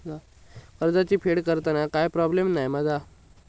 कर्जाची फेड करताना काय प्रोब्लेम नाय मा जा?